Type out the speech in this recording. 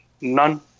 None